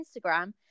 Instagram